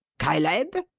caleb!